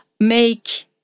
make